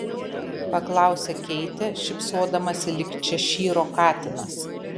paklausė keitė šypsodamasi lyg češyro katinas